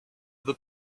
veux